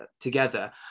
together